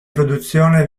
produzione